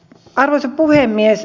arvoisa puhemies